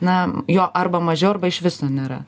na jo arba mažiau arba iš viso nėra